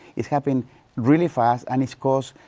it's happened really fast, and it's caused,